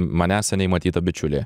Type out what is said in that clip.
manęs seniai matyta bičiulė